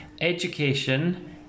education